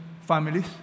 families